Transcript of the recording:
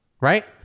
Right